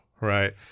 right